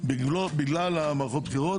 בגלל מערכות הבחירות.